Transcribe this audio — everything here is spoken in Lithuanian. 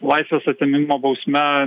laisvės atėmimo bausme